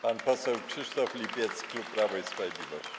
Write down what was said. Pan poseł Krzysztof Lipiec, klub Prawo i Sprawiedliwość.